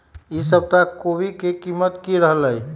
ई सप्ताह कोवी के कीमत की रहलै?